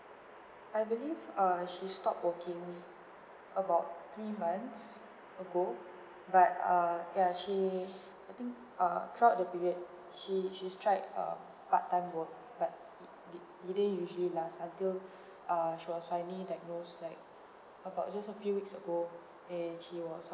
I believe err she stop working about three months ago but err ya she I think uh throughout the period she she's tried uh part time work but it it didn't usually last until err she was finally diagnosed like about just a few weeks ago and she was